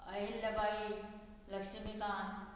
Ahilyabai Laxmikant